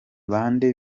bande